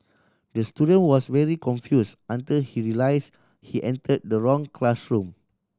the student was very confuse until he realise he enter the wrong classroom